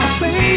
say